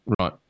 Right